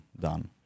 done